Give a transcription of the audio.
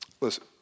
listen